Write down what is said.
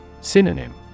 Synonym